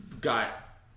got